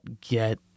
get